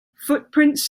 footprints